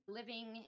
living